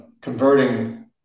converting